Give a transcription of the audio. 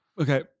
Okay